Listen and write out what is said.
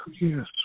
Yes